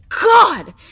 God